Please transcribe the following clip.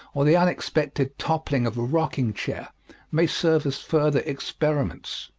or the unexpected toppling of a rocking-chair may serve as further experiments.